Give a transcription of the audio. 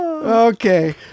okay